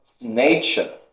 nature